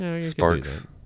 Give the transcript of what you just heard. sparks